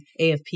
AFP